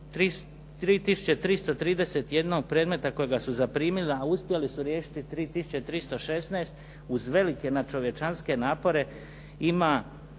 331 predmeta kojega su zaprimili uspjeli su riješiti 3 tisuće 316 uz velike nadčovječne napore ima